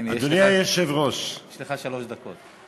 יש לך שלוש דקות.